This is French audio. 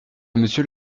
monsieur